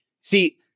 See